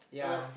yeah